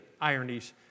ironies